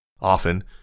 Often